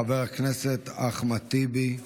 חבר הכנסת אחמד טיבי.